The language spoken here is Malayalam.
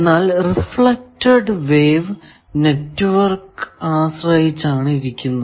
എന്നാൽ റിഫ്ലെക്ടഡ് വേവ് നെറ്റ്വർക്ക് ആശ്രയിച്ചാണ് ഇരിക്കുന്നത്